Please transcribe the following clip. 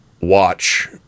watch